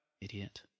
Idiot